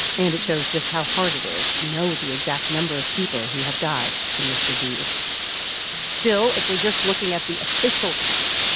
and it shows just how hard it is to know the exact number of people who have died from this disease still, if we're just looking at the official count,